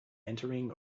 entering